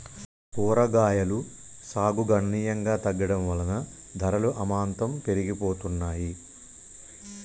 కూరగాయలు సాగు గణనీయంగా తగ్గడం వలన ధరలు అమాంతం పెరిగిపోతున్నాయి